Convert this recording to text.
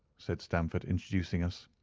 said stamford, introducing us.